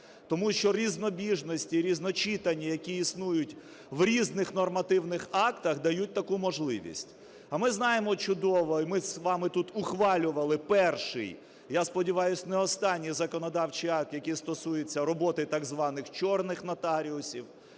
Тому що різнобіжності, різночитання, які існують у різних нормативних актах, дають таку можливість. А ми знаємо чудово, і ми з вами тут ухвалювали перший, я сподіваюсь, не останній законодавчий акт, який стосується роботи так званих "чорних" нотаріусів.